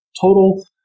total